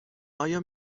آیا